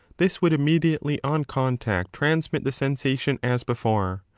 this would immediately on contact transmit the sensation as before.